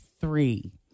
three